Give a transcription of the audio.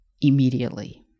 immediately